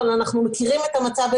אבל אנחנו מכירים את המצב,